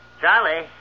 Charlie